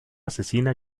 asesina